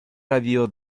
radio